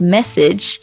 Message